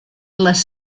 les